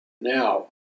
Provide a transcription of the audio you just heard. Now